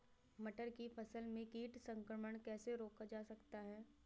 मटर की फसल में कीट संक्रमण कैसे रोका जा सकता है?